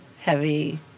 heavy